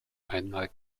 einmal